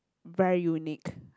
very unique